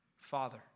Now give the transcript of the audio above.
father